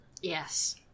Yes